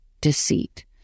deceit